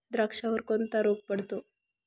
द्राक्षावर कोणता रोग पडतो?